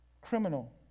criminal